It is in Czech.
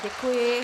Děkuji.